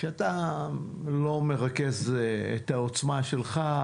כשאתה לא מרכז את העוצמה שלך,